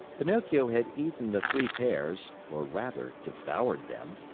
pinocchio had eaten the three pears, or rather devoured them.